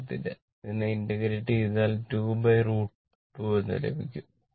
ഇത് ഇന്റഗ്രേറ്റ് ചെയ്താൽ 2 √2 എന്ന് ലഭിക്കും